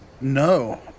No